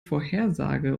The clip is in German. vorhersage